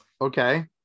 Okay